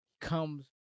comes